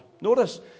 Notice